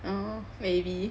orh maybe